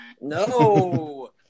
No